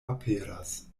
aperas